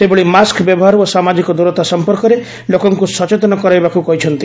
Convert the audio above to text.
ସେହିଭଳି ମାସ୍କ ବ୍ୟବହାର ଓ ସାମାଜିକ ଦ୍ରତା ସମ୍ମର୍କରେ ଲୋକଙ୍କୁ ସଚେତନ କରାଇବାକୁ କହିଛନ୍ତି